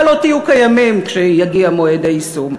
לא תהיו קיימים כשיגיע מועד היישום.